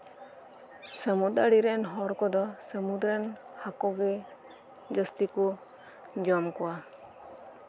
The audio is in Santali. ᱥᱟᱹᱢᱩᱫ ᱟᱲᱮ ᱨᱮᱱ ᱦᱚᱲ ᱠᱚᱫᱚ ᱥᱟᱹᱢᱩᱫ ᱨᱮᱱ ᱦᱟᱹᱠᱩ ᱠᱚᱜᱮ ᱡᱟᱹᱥᱛᱤ ᱠᱚ ᱡᱚᱢ ᱠᱚᱣᱟ